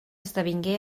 esdevingué